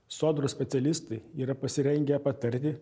sodros specialistai yra pasirengę patarti